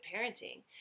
parenting